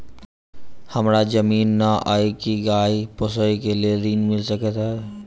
हमरा जमीन नै अई की गाय पोसअ केँ लेल ऋण मिल सकैत अई?